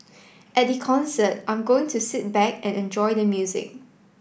at the concert I'm going to sit back and enjoy the music